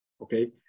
okay